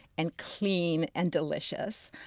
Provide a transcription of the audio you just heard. and clean and delicious.